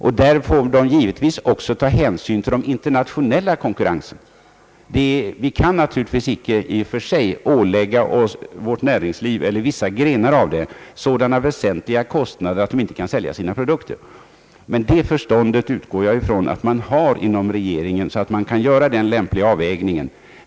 Därvidlag får man givetvis ta hänsyn till den internationella konkurrensen. Vi kan naturligtvis icke i och för sig ålägga vårt näringsliv eller vissa grenar av det sådana väsentliga kostnader att det inte kan sälja sina produkter. Jag utgår dock ifrån att man inom regeringen har sådant förstånd att man kan göra den lämpliga avvägningen.